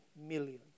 million